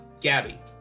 Gabby